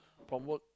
from work